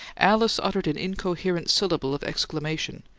alice uttered an incoherent syllable of exclamation,